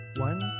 one